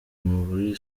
muri